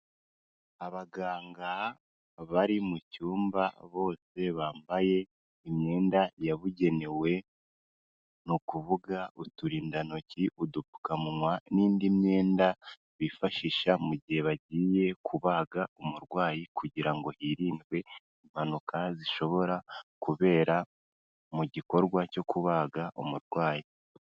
Abaganga bari mu cyumba bose bambaye imyenda yabugenewe, ni ukuvuga uturindantoki, udupfukamunwa n'indi myenda bifashisha mu gihe bagiye kubaga umurwayi kugira ngo hirindwe impanuka zishobora kubera mu gikorwa cyo kubaga umurwayi.